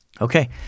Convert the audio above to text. Okay